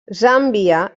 zàmbia